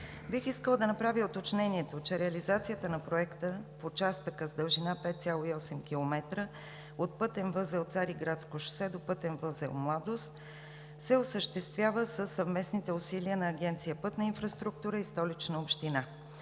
Бих искала да направя уточнението, че реализацията на проекта в участъка с дължина 5,8 км от пътен възел „Цариградско шосе“ до пътен възел „Младост“ се осъществява със съвместните усилия на Агенция „Пътна инфраструктура“ и Столична община.